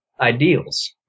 ideals